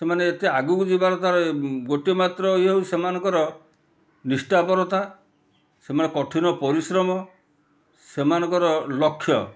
ସେମାନେ ଏତେ ଆଗକୁ ଯିବାର ଗୋଟେ ମାତ୍ର ଇଏ ସେମାନଙ୍କର ନିଷ୍ଠାପରତା ସେମାନେ କଠିନ ପରିଶ୍ରମ ସେମାନଙ୍କର ଲକ୍ଷ୍ୟ